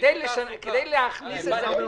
כדי להכניס את זה.